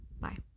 bye